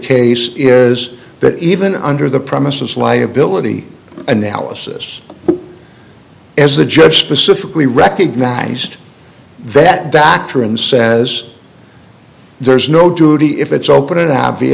case is that even under the premises liability analysis as the judge specifically recognized that doctrine says there's no duty if it's open